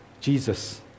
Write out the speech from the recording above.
Jesus